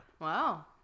Wow